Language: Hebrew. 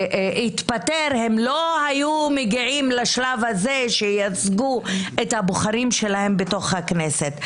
שהתפטר הם לא היו מגיעים לשלב הזה שייצגו את הבוחרים שלהם בתוך הכנסת.